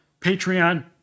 Patreon